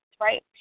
right